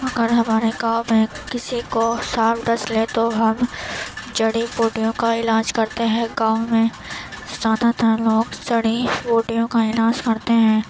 اگر ہمارے گاؤں میں کسی کو سانپ ڈس لے تو ہم جڑی بوٹیوں کا علاج کرتے ہیں گاؤں میں زیادہ تر لوگ جڑی بوٹیوں کا علاج کرتے ہیں